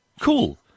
Cool